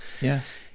Yes